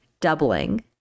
doubling